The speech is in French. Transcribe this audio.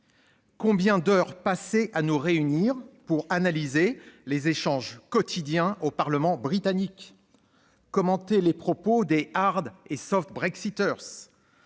Combien d'heures passées à nous réunir pour analyser les échanges quotidiens au Parlement britannique, commenter les propos des et, voter des